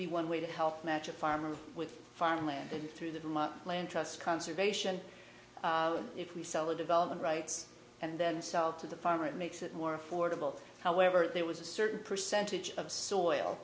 be one way to help match a farmer with farmland in through the land trust conservation if we sell a development rights and then sell it to the farmer it makes it more affordable however there was a certain percentage of soil